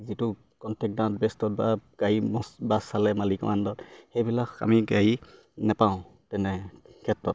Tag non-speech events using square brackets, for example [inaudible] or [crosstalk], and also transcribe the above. যিটো কণ্টেক্ট [unintelligible] সেইবিলাক আমি গাড়ী নেপাওঁ তেনে ক্ষেত্ৰত